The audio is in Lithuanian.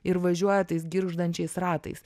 ir važiuoja tais girgždančiais ratais